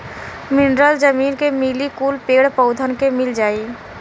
mineral जमीन के मिली कुल पेड़ पउधन के मिल जाई